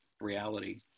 reality